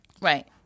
Right